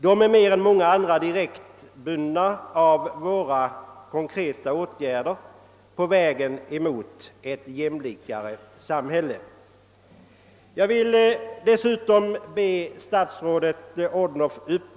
Dessa är mer eller mindre berörda av våra konkreta åtgärder på vägen mot ett samhälle med större jämlikhet.